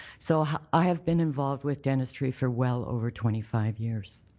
so i have been involved with dentistry for well over twenty five years.